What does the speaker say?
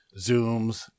zooms